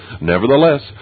Nevertheless